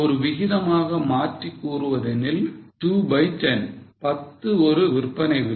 ஒரு விகிதமாக மாற்றி கூறுவதெனில் 2 by 10 10 ஒரு விற்பனை விலை